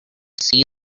see